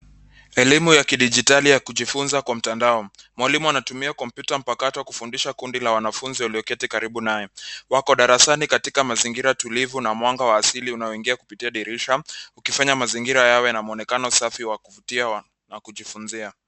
Elimu ya kidijitali ya kujifunza kwa mtandao. Mwalimu anatumia kompyuta mpakato kufundisha kundi la wanafunzi walioketi karibu naye. Wako darasani katika mazingira tulivu na mwanga wa asili unaoingia kupitia dirisha, ukifanya mazingira yawe na mwonekano safi wa kuvutia na kujifunzia.